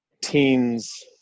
teens